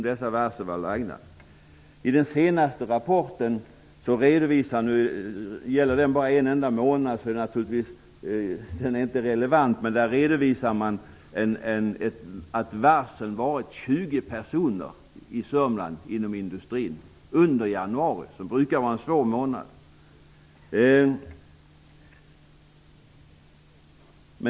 Den senaste rapporten gäller bara en enda månad, så den är naturligtvis inte relevant. Men där redovisar man att 20 personer varslats i Sörmland inom industrin under januari, som brukar vara en svår månad.